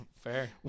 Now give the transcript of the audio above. Fair